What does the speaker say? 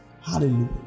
Hallelujah